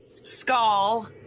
Skull